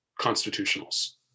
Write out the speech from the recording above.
constitutionals